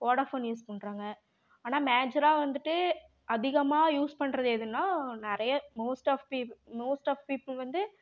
Vodafone use பண்ணுறாங்க ஆனால் மேஜராக வந்துட்டு அதிகமாக யூஸ் பண்ணுறது எதுன்னால் நிறையா மோஸ்ட் ஆஃப் பீப் மோஸ்ட் ஆஃப் பீப்புள் வந்து